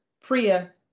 Priya